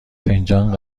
فنجان